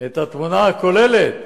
את התמונה הכוללת